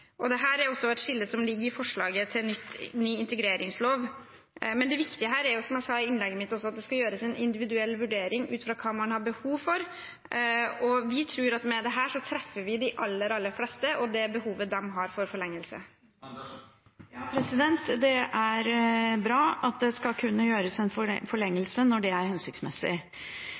er også et skille som ligger i forslaget til ny integreringslov. Men det viktige her er jo, som jeg også sa i innlegget mitt, at det skal gjøres en individuell vurdering ut fra hva man har behov for. Vi tror at med dette treffer vi de aller, aller fleste og det behovet de har for forlengelse. Det er bra at det skal kunne gjøres en forlengelse når det er hensiktsmessig.